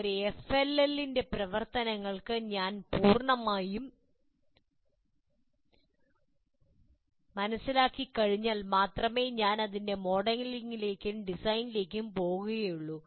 ഒരു FLLന്റെ പ്രവർത്തനങ്ങൾ ഞാൻ പൂർണ്ണമായി മനസ്സിലാക്കി കഴിഞ്ഞാൽ മാത്രമേ ഞാൻ അതിന്റെ മോഡലിംഗിലേക്കും ഡിസൈനിലേക്കും പോകുകയുള്ളൂ